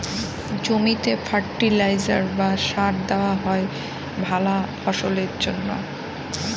জমিতে ফার্টিলাইজার বা সার দেওয়া হয় ভালা ফসলের জন্যে